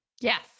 Yes